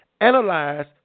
analyze